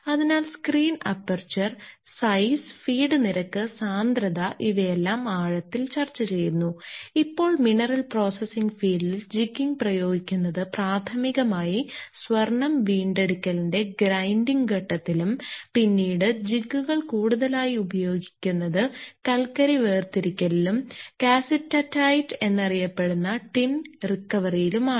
അതിനാൽ screen aperture size feed നിരക്ക് സാന്ദ്രത ഇവയെല്ലാം ആഴത്തിൽ ചർച്ചചെയ്യുന്നു ഇപ്പോൾ മിനറൽ പ്രോസസ്സിംഗ് ഫീൽഡിൽ ജിഗ്ഗിംഗ് പ്രയോഗിക്കുന്നത് പ്രാഥമികമായി സ്വർണ്ണം വീണ്ടെടുക്കലിന്റെ ഗ്രൈൻഡിംഗ് ഘട്ടത്തിലും പിന്നീട് ജിഗ്ഗുകൾ കൂടുതലായി ഉപയോഗിക്കുന്നത് കൽക്കരി വേർതിരിക്കലിലും കാസിറ്ററൈറ്റ് എന്നറിയപ്പെടുന്ന ടിൻ റിക്കവറിയിലുമാണ്